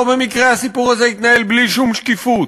לא במקרה הסיפור הזה התנהל בלי שום שקיפות.